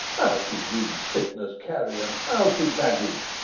out, you green-sickness carrion! out, you baggage!